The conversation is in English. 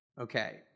Okay